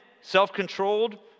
self-controlled